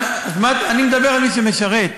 אני מדבר על מי שמשרת.